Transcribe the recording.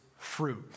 Fruit